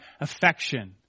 affection